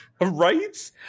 Right